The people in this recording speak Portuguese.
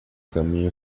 caminho